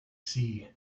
sea